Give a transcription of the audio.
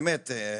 באמת,